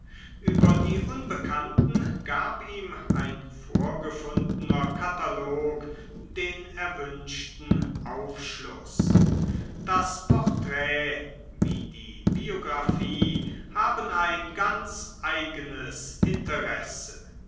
über die unbekannten gab ihm ein vorgefundener katalog den erwünschten aufschluß das porträt wie die biographie haben ein ganz eigenes interesse